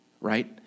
right